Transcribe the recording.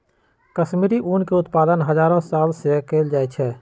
कश्मीरी ऊन के उत्पादन हजारो साल से कएल जाइ छइ